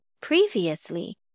previously